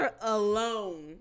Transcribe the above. alone